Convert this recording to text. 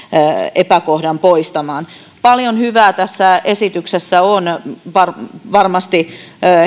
epäkohdan poistamaan paljon hyvää tässä esityksessä on varmasti